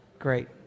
Great